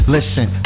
Listen